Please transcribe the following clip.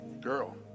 girl